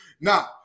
Now